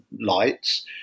lights